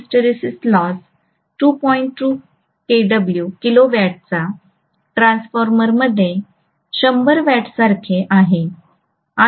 २ किलोवॅटच्या ट्रान्सफॉर्मरमध्ये 100 वॅटसारखे आहे